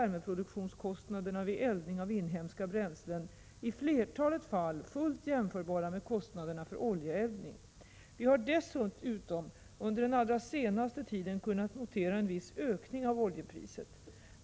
1986/87:14 naderna vid eldning av inhemska bränslen i flertalet fall fullt jämförbaramed 23 oktober 1986 kostnaderna för oljeeldning. Vi har dessutom under den allra senaste tiden ER Om användningen av kunnat notera en viss ökning av oljepriset.